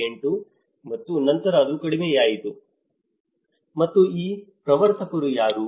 8 ಮತ್ತು ನಂತರ ಅದು ಕಡಿಮೆಯಾಯಿತು ಮತ್ತು ಈ ಪ್ರವರ್ತಕರು ಯಾರು